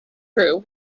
true